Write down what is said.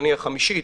נניח החמישית,